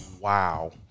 Wow